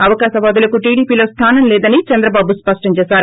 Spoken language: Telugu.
అవకాశవాదులకు టీడీపీలో స్లానం లేదని చంద్రబాబు స్పష్టం చేశారు